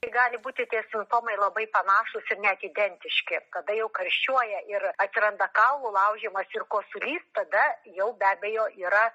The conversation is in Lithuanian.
tai gali būti tie simptomai labai panašūs ir net identiški kada jau karščiuoja ir atsiranda kaulų laužymas ir kosulys tada jau be abejo yra